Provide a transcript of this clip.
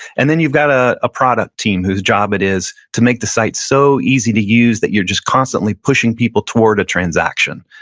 and then you've got ah a product team whose job it is to make the site so easy to use that you're just constantly pushing people toward a transaction.